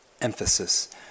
Emphasis